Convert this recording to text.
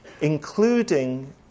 including